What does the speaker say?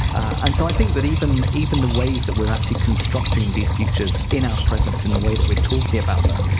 and so i think that even even the ways that we are actually constructing these futures in our present, in the way that we are talking about them,